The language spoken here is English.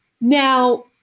now